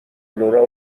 لورا